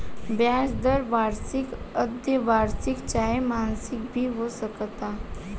ब्याज दर वार्षिक, अर्द्धवार्षिक चाहे मासिक भी हो सकता